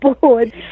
board